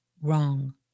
wrong